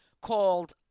called